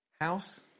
House